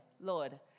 Lord